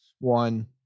One